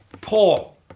Paul